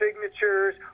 signatures